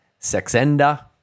Sexenda